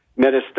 metastatic